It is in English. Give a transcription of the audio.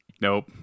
nope